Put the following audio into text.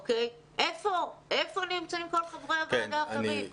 ואיפה נמצאים כל חברי הוועדה האחרים?